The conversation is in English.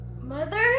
Mother